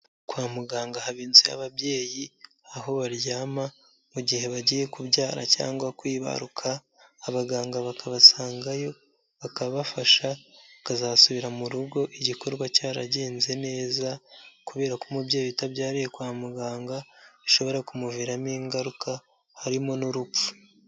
Kwa muganga haba inzu yababyeyi, aho baryama mu gihe bagiye kubyara cyangwa kwibaruka, abaganga bakabasangayo bakabafasha, bakazasubira mu rugo igikorwa cyaragenze neza kubera ko umubyeyi utabyariye kwa muganga bishobora kumuviramo ingaruka harimo n'urupfu.